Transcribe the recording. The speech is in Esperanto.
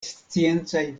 sciencaj